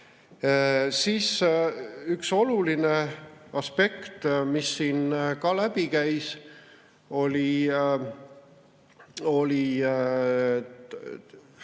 Üks oluline aspekt, mis siit ka läbi käis, oli